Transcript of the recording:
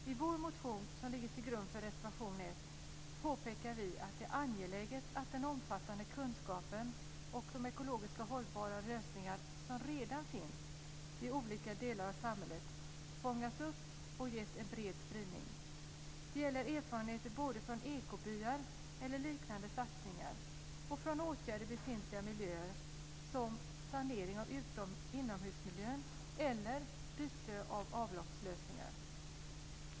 I vår motion som ligger till grund för reservation nr 1 påpekar vi att det är angeläget att den omfattande kunskapen och de ekologiskt hållbara lösningar som redan finns i olika delar av samhället fångas upp och ges en bred spridning. Det gäller erfarenheter både från ekobyar eller liknande satsningar och från åtgärder i befintliga miljöer som sanering av inomhusmiljön eller byte av avloppslösningar.